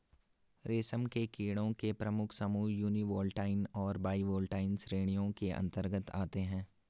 रेशम के कीड़ों के प्रमुख समूह यूनिवोल्टाइन और बाइवोल्टाइन श्रेणियों के अंतर्गत आते हैं